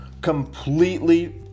completely